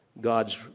God's